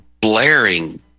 blaring